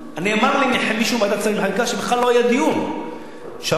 נאמר לי ממישהו בוועדת שרים לחקיקה שבכלל לא היה דיון שאמר: מי בעד?